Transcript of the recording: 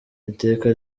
iteka